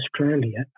Australia